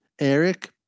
eric